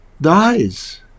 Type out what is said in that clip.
dies